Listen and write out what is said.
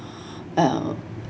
uh